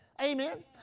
Amen